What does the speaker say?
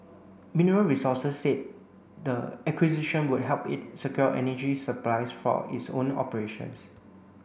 Mineral Resources said the acquisition would help it secure energy supplies for its own operations